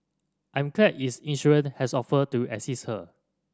I'm glad its insurer has offered to assist her